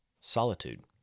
solitude